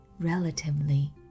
relatively